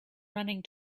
running